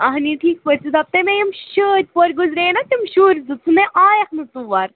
اَہنہِ ٹھیٖک پٲٹھۍ ژٕ دَپ تےَ مےٚ یِم شٲدۍ پورِ گُزریے نا تِم شُرۍ زٕ ژٕ نےَ آیَکھ نہٕ تور